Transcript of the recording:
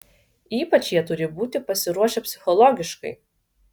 ypač jie turi būti pasiruošę psichologiškai